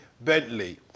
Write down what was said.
Bentley